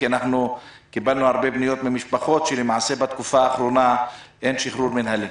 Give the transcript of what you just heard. כי קיבלנו הרבה פניות ממשפחות שלמעשה בתקופה האחרונה אין שחרור מינהלי.